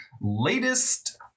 latest